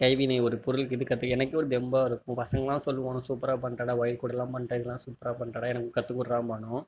கைவினை ஒரு பொருள் இது கற்றுக்க எனக்கே ஒரு தெம்பாக இருக்கும் பசங்களாம் சொல்லுவானோ சூப்பராக பண்ணுறடா ஒயர் கூடைலாம் பண்ணுற இதெல்லாம் சூப்பராக பண்ணுறடா எனக்கும் கற்றுக்குடுறாம்பானுவோ